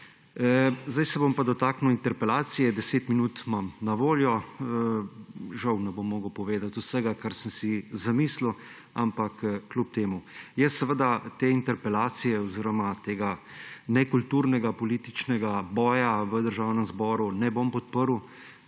Zdaj se bom pa dotaknil interpelacije. Deset minut imam na voljo, žal ne bom mogel povedati vsega, kar sem si zamislil, ampak kljub temu. Jaz seveda te interpelacije oziroma tega nekulturnega političnega boja v Državnem zboru ne bom podprl,